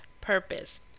purpose